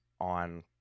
on